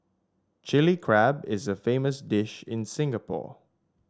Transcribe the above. Chilli Crab is a famous dish in Singapore